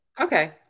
Okay